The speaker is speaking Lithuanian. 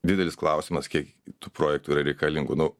didelis klausimas kiek tų projektų yra reikalingų nu